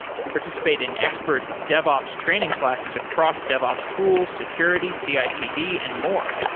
participate in expert devops training classes across devops tools, security, cicd and more,